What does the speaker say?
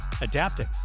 adapting